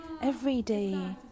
everyday